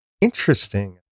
Interesting